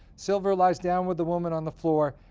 silver lies down with the woman on the floor.